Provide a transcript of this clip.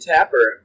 Tapper